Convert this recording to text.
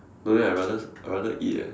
don't know eh I rather I rather eat eh